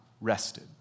rested